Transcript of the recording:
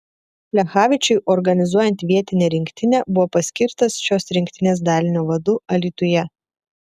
plechavičiui organizuojant vietinę rinktinę buvo paskirtas šios rinktinės dalinio vadu alytuje